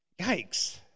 Yikes